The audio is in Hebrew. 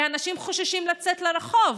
האנשים חוששים לצאת לרחוב,